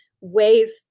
ways